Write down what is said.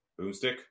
boomstick